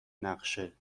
نقشه